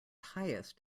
highest